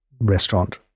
restaurant